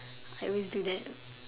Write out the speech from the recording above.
I always do that